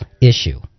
issue